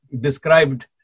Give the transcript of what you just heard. described